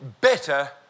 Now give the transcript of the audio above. better